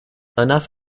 enough